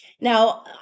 Now